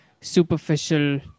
superficial